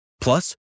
Plus